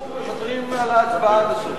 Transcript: אנחנו מוותרים על ההצבעה.